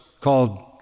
called